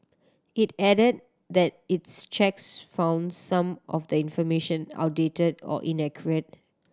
it added that its checks found some of the information outdated or inaccurate